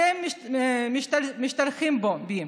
אתם משתלחים בי,